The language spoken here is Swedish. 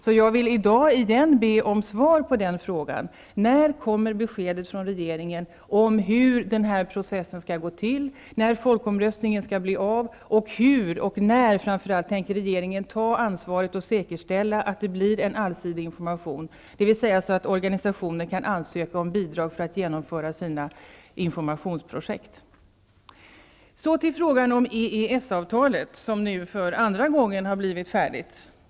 Så jag vill i dag igen be om svar på frågan: När kommer beskedet från regeringen om hur den här processen skall gå till inför folkomröstningen? Hur -- och framför allt när -- tänker regeringen ta ansvaret och säkerställa att det blir en alternativ information, dvs. så att organisationer kan ansöka om bidrag för att genomföra sina informationsprojekt? Så till frågan om EES-avtalet, som nu för andra gången har blivit färdigt.